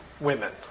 women